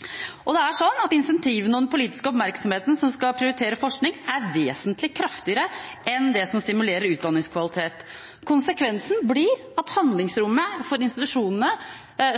meldingen. Det er sånn at incentivene og den politiske oppmerksomheten som prioriterer forskning, er vesentlig kraftigere enn det som stimulerer utdanningskvalitet. Konsekvensen blir at handlingsrommet for institusjonene,